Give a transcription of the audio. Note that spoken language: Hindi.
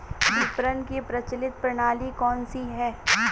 विपणन की प्रचलित प्रणाली कौनसी है?